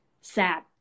sad